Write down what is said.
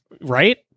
Right